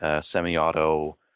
semi-auto